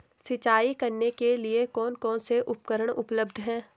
सिंचाई करने के लिए कौन कौन से उपकरण उपलब्ध हैं?